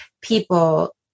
people